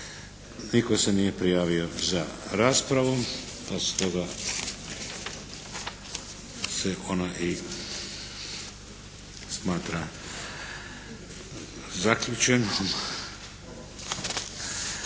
Nitko se nije prijavio za raspravu pa stoga se ona i smatra zaključenom.